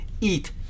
eat